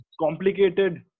complicated